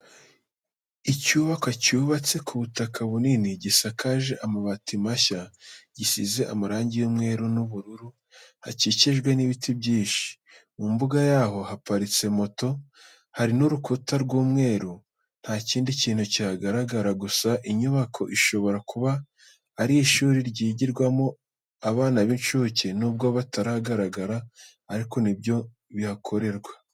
Icyubakwa cyubatse ku butaka bunini gisakaje amabati mashya gisize amarangi y'umweru n'ubururu, hakikijwe n'ibiti byinshi, mu mbuga yaho haparitse moto. Hari n'urukuta rw'umweru, nta kindi kintu kihagaragara gusa inyubako ishobora kuba ari ishuri ryigirwamo abana b'incuke, nubwo batagaragara ariko ni byo bihakorerwa.